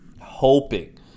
hoping